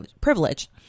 privilege